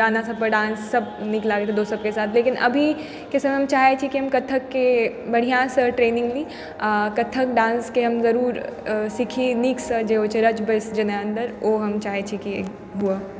गाना सब पर डांस सब नीक लागैत रहै दोसर के साथ लेकिन अभी के समय मे चाहै छी कि हम कत्थक के बढ़िऑं सऽ ट्रेनिंग ली आ कत्थक डांस के हम जरुर सीखी नीक सऽ जे होइ छै रच बैस जेनाय अन्दर ओ हम चाहै छी कि हुए